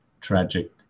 tragic